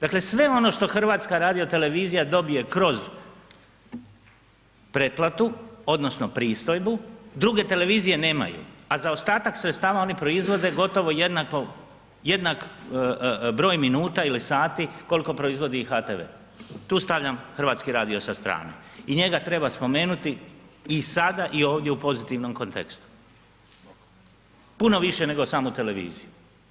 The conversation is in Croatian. Dakle sve ono što HRT dobije kroz pretplatu odnosno pristojbu druge televizije nemaju, a zaostatak sredstava oni proizvode gotovo jednak broj minuta ili sati koliko proizvodi HRTV, tu stavljam Hrvatski radio sa strane i njega treba spomenuti i sada i ovdje u pozitivnom kontekstu, puno više nego samu televiziju.